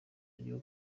ryo